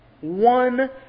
One